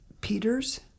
Peters